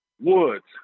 Woods